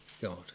God